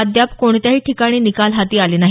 अद्याप कोणत्याही ठिकाणी निकाल हाती आले नाही